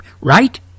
Right